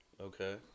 Okay